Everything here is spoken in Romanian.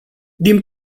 din